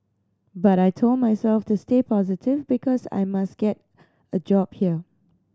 but I told myself to stay positive because I must get a job here